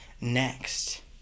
next